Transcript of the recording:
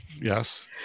Yes